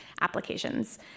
applications